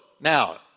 now